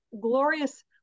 glorious